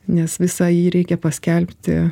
nes visą jį reikia paskelbti